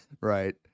right